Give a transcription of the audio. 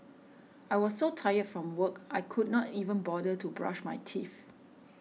I was so tired from work I could not even bother to brush my teeth